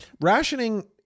Rationing